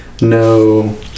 no